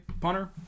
Punter